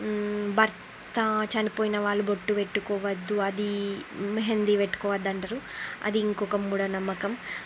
భర్త చనిపోయిన వాళ్ళు బొట్టు పెట్టుకోకూడదు అది మెహందీ పెట్టుకోవద్దంటారు అది ఇంకొక మూఢ నమ్మకం